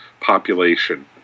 population